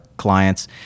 clients